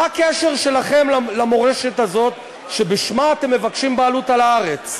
מה הקשר שלכם למורשת הזאת שבשמה אתם מבקשים בעלות על הארץ?"